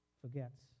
forgets